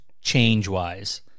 change-wise